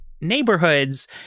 neighborhoods